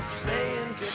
playing